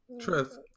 Truth